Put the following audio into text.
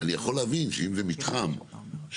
אני יכול להבין שאם זה מתחם של